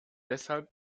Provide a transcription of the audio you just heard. deshalb